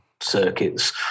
circuits